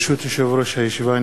ברשות יושב-ראש הישיבה,